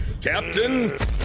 Captain